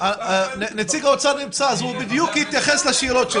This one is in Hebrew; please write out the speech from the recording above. נציג האוצר נמצא, הוא יתייחס בדיוק לשאלות שלך.